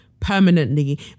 permanently